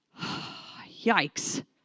Yikes